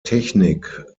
technik